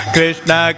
Krishna